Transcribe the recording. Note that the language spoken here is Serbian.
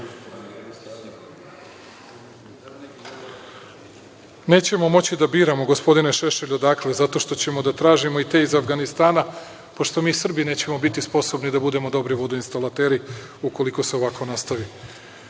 način. Nećemo moći da biramo gospodine Šešelju odakle, zato što ćemo da tražimo i te iz Avganistana, pošto mi Srbi nećemo biti sposobni da budemo dobri vodinstalateri ukoliko se ovako